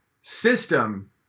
system